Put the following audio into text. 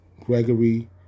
Gregory